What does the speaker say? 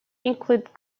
include